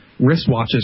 wristwatches